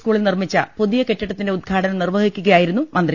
സ്കൂളിൽനിർമ്മിച്ച പുതിയ കെട്ടിടത്തിന്റെ ഉദ്ഘാടനം നിർവഹിക്കുകയായിരുന്നു മന്ത്രി